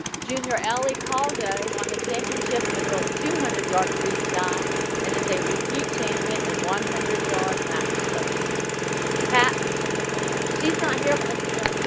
junior la called ah won the championship in the girls. two hundred yard freestyle and it's a repeat champion in one hundred yard. backstroke tap she's not here, but let's give her